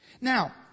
Now